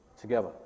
together